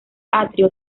atrio